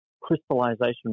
crystallization